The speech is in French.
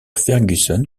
fergusson